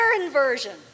inversion